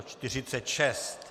46.